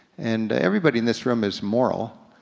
and everybody in this room is moral,